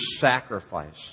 sacrifice